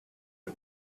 das